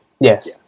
Yes